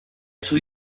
till